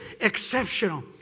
exceptional